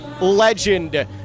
legend